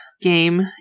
game